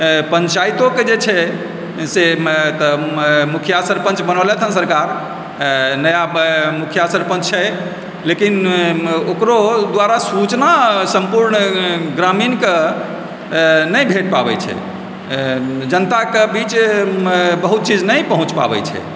पञ्चायतोके जे छै से एतऽ मुखिया सरपञ्च बनौलथिए हँ सरकार नया मुखिया सरपन्च छै लेकिन ओकरो द्वारा सूचना सम्पूर्ण ग्रामीणके नहि भेट पाबै छै जनताके बीच बहुत चीज नहि पहुँच पाबै छै